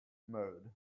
mode